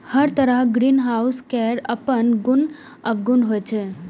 हर तरहक ग्रीनहाउस केर अपन गुण अवगुण होइ छै